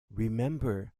remember